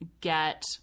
get